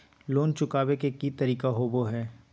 Loan चुकाबे के की तरीका होबो हइ?